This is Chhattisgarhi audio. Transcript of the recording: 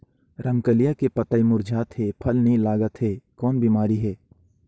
रमकलिया के पतई मुरझात हे फल नी लागत हे कौन बिमारी हे?